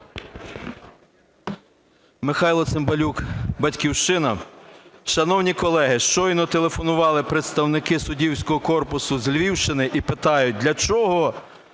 Михайло Цимбалюк, "Батьківщина". Шановні колеги, щойно телефонували представники суддівського корпусу зі Львівщини і питають: для чого